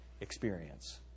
experience